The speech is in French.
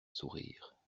sourire